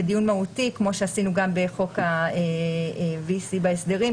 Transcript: ודיון מהותי כמו שעשינו גם בחוק ה-V.C בהסדרים.